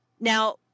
Now